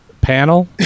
panel